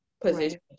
position